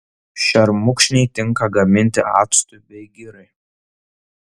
šermukšniai tinka gaminti actui bei girai